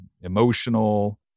emotional